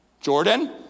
Jordan